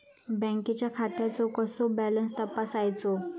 बँकेच्या खात्याचो कसो बॅलन्स तपासायचो?